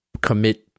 commit